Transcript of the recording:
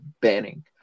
banning